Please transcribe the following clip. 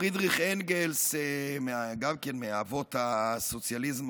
פרידריך אנגלס, מאבות הסוציאליזם